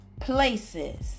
places